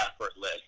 effortless